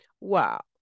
Wow